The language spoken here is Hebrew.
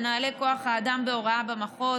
מנהלי כוח האדם בהוראה במחוז,